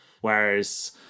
whereas